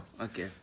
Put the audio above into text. okay